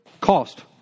Cost